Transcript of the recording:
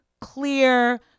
clear